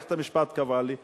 מערכת המשפט קבעה לי,